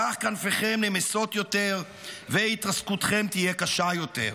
כך כנפיכם נמסות יותר והתרסקותכם תהיה קשה יותר.